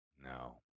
No